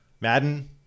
madden